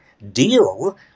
deal